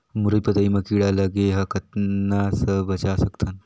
मुरई पतई म कीड़ा लगे ह कतना स बचा सकथन?